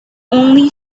only